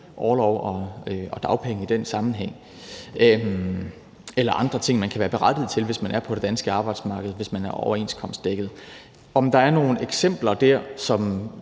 orlov og dagpenge eller andre ting, man kan være berettiget til, hvis man er på det danske arbejdsmarked, og hvis man er overenskomstdækket. Med hensyn til om der er nogle eksempler, som